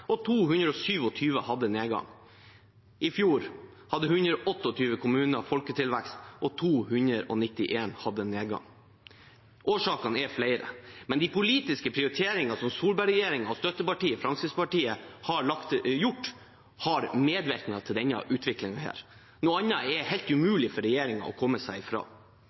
og 291 hadde nedgang. Årsakene er flere, men de politiske prioriteringene som Solberg-regjeringen og støttepartiet Fremskrittspartiet har gjort, har medvirket til denne utviklingen. Noe annet er helt umulig for regjeringen å komme seg fra.